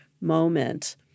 moment